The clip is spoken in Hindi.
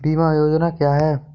बीमा योजना क्या है?